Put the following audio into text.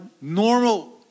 normal